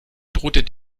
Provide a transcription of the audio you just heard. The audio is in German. droht